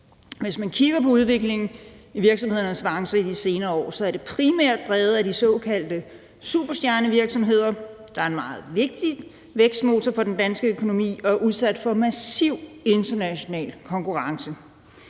Hvis man kigger på udviklingen i virksomhedernes avancer de senere år, er de primært drevet af de såkaldte superstjernevirksomheder, der er en meget vigtig vækstmotor for den danske økonomi og er udsat for massiv international konkurrence.